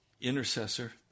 Intercessor